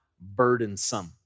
burdensome